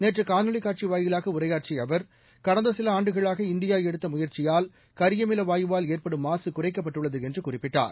நேற்றுகாணொலிக் காட்சிவாயிலாகஉரையாற்றியஅவர் கடந்தசிலஆண்டுகளாக இந்தியாஎடுத்தமுயற்சியால் கரியமிலவாயுவால் ஏற்படும் மாசுகுறைக்கப்பட்டுள்ளதுஎன்றுகுறிப்பிட்டார்